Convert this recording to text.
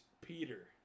Peter